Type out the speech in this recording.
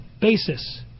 basis